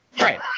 Right